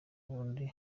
bundi